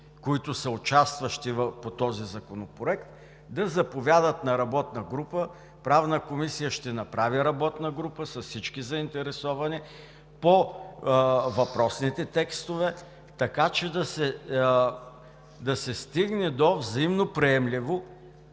комисии, участващи по този законопроект, да заповядат на работна група. Правната комисия ще направи работна група с всички заинтересовани по въпросните текстове, така че да се стигне до взаимноприемливо,